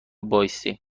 بایستی